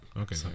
Okay